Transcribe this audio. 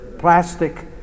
Plastic